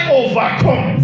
overcome